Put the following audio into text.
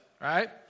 right